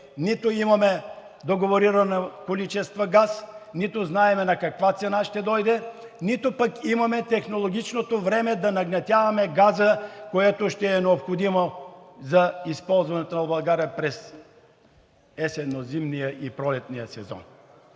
нито имаме договорирани количества газ, нито знаем на каква цена ще дойде, нито имаме технологичното време да нагнетяваме газа, което ще е необходимо за използването в България през есенно-зимния и пролетния сезон.